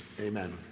amen